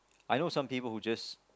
I know some people would just